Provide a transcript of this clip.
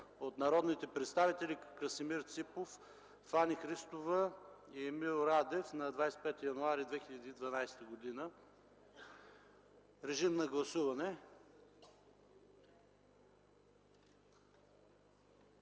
от народните представители Красимир Ципов, Фани Христова и Емил Радев на 25 януари 2012 г. Гласували